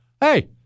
Hey